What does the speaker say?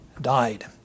died